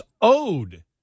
owed